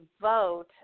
vote